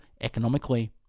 economically